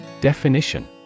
Definition